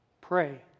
Pray